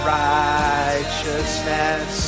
righteousness